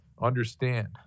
understand